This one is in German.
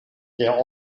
der